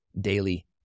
daily